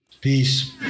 peace